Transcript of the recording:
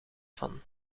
van